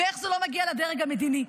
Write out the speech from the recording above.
ואיך זה לא מגיע לדרג המדיני?